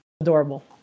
Adorable